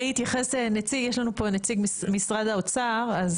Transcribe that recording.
יש לנו פה נציג משרד האוצר.